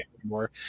anymore